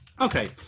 okay